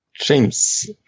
James